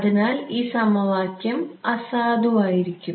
അതിനാൽ ഈ സമവാക്യം അസാധുവായിരിക്കും